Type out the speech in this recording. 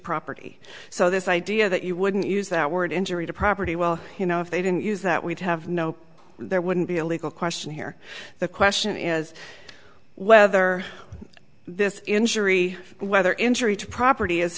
property so this idea that you wouldn't use that word injury to property well you know if they didn't use that we'd have no there wouldn't be a legal question here the question is whether this injury whether injury to property